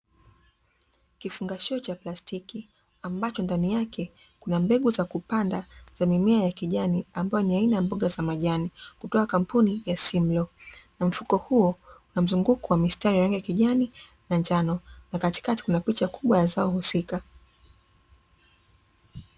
Kifungashio cha plastiki ambacho ndani yake kuna mbegu za kupanda za mimea ya kijani, ambayo ni aina ya mboga za majani kutoka kampuni ya "simlaw" na mfuko huo una mzunguko wa rangi ya kijani na njano na katikati kuna picha kubwa ya zao husika.